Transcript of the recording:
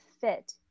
fit